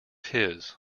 his